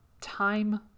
time